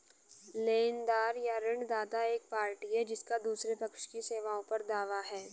लेनदार या ऋणदाता एक पार्टी है जिसका दूसरे पक्ष की सेवाओं पर दावा है